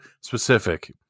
specific